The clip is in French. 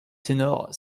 ténor